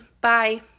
Bye